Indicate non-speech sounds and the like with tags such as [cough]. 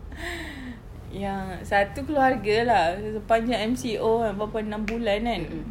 [breath] yang satu keluarga lah sepanjang M_C_O kan berapa enam bulan kan